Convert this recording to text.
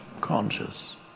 conscious